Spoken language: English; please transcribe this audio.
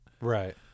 Right